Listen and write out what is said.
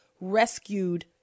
rescued